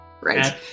right